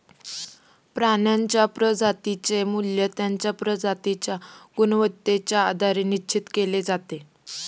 प्राण्यांच्या प्रजातींचे मूल्य त्यांच्या प्रजातींच्या गुणवत्तेच्या आधारे निश्चित केले जाते